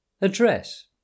Address